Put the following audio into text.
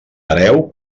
hereu